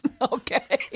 okay